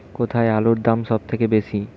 কোথায় আলুর দাম সবথেকে বেশি?